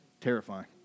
Terrifying